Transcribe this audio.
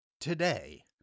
today